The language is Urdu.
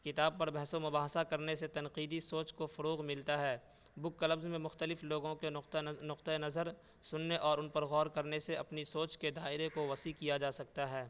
کتاب پر بحث و مباحثہ کرنے سے تنقیدی سوچ کو فروغ ملتا ہے بک کلبز میں مختلف لوگوں کے نقطہ نقطۂ نظر سننے اور ان پر غور کرنے سے اپنی سوچ کے دائرے کو وسیع کیا جا سکتا ہے